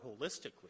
holistically